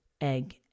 egg